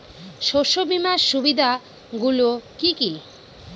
শস্য বীমার সুবিধা গুলি কি কি?